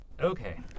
Okay